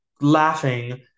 laughing